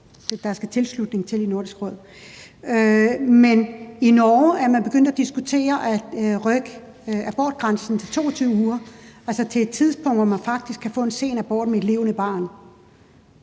der skal tilslutning til i Nordisk Råd. Men i Norge er man begyndt at diskutere at rykke abortgrænsen til 22 uger, altså til et tidspunkt, hvor man faktisk kan få en sen abort med et levende barn,